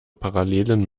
parallelen